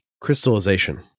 crystallization